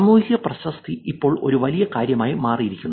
സാമൂഹിക പ്രശസ്തി ഇപ്പോൾ ഒരു വലിയ കാര്യമായി മാറിയിരിക്കുന്നു